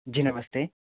जी नमस्ते